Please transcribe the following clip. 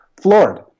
floored